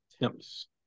attempts